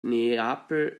neapel